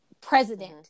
president